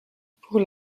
pour